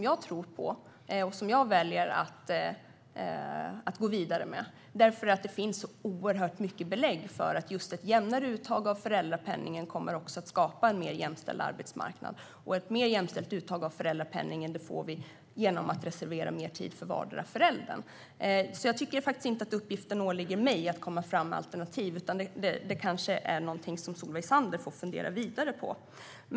Jag tror på och väljer att gå vidare med detta eftersom det finns så många belägg för att ett jämnare uttag av föräldrapenningen kommer att skapa en mer jämställd arbetsmarknad. Ett mer jämställt uttag av föräldrapenningen sker genom att reservera mer tid för vardera föräldern. Jag tycker inte att uppgiften att ta fram alternativ åligger mig. Det är kanske något som Solveig Zander får fundera vidare på.